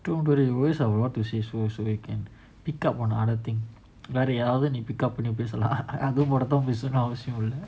don't worry you always have a lot to say so so we can pick up on other thing வேறயாரவதுநீ:vera yaravadhu ni pickup பண்ணிபேசலாம்அதுமட்டும்தாபேசணும்னுஅவசியம்இல்ல:panni pesalam adhu madumtha pesanumnu avasiyam illa